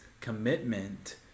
commitment